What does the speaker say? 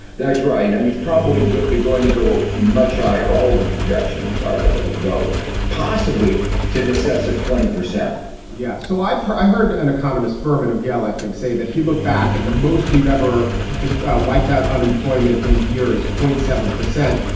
that's right. and it's probably going to go much higher. all the projections are that it will go possibly to an excess of twenty percent yeah. so i've heard i heard an economist, furman of yale, i think, say that he looked back and the most we've ever wiped out unemployment in a year is point seven percent.